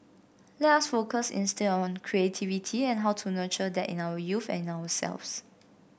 let us focus instead on creativity and how to nurture that in our youth and in ourselves